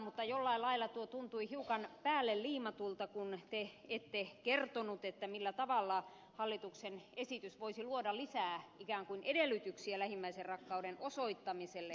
mutta jollain lailla tuo tuntui hiukan päälleliimatulta kun te ette kertonut millä tavalla hallituksen esitys voisi luoda lisää ikään kuin edellytyksiä lähimmäisenrakkauden osoittamiselle